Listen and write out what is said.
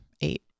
eight